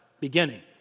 beginning